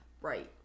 Right